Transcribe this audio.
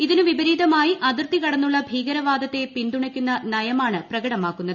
ഇതിനു വിപരീതമായി അതിർത്തി കടന്നുള്ള ഭീകരവാദത്തെ പിൻതുണയ്ക്കുന്ന നയമാണ് പ്രകടമാക്കുന്നത്